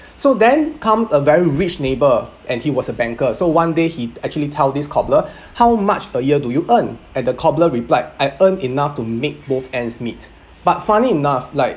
so then comes a very rich neighbor and he was a banker so one day he actually tell this cobbler how much a year do you earn and the cobbler replied I earn enough to make both ends meet but funny enough like